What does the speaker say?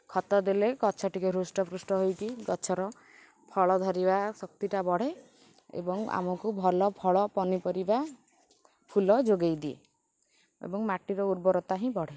ଖତ ଦେଲେ ଗଛ ଟିକିଏ ହୃଷ୍ଟପୃଷ୍ଟ ହୋଇକି ଗଛର ଫଳ ଧରିବା ଶକ୍ତିଟା ବଢ଼େ ଏବଂ ଆମକୁ ଭଲ ଫଳ ପନିପରିବା ଫୁଲ ଯୋଗାଇ ଦିଏ ଏବଂ ମାଟିର ଉର୍ବରତା ହିଁ ବଢ଼େ